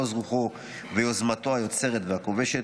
עוז רוחו ויוזמתו היוצרת והכובשת".